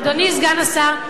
אדוני סגן השר,